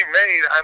made